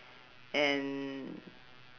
and